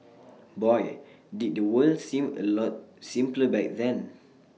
boy did the world seem A lot simpler back then